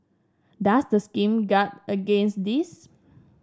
does the scheme guard against this